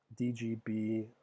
DGB